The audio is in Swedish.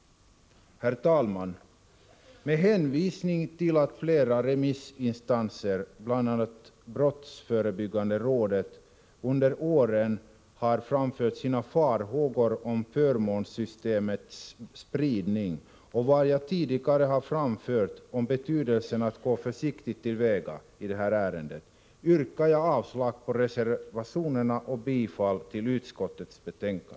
Herr talman! Med hänvisning till att flera remissinstanser, bl.a. brottsförebyggande rådet, under åren har framfört sina farhågor om förmånssystemets spridning, och vad jag tidigare har framfört om betydelsen av att gå försiktigt till väga i detta ärende, yrkar jag avslag på reservationerna och bifall till utskottets hemställan.